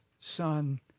Son